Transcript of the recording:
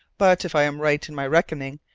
but, if i am right in my reckoning,